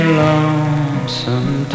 lonesome